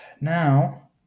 Now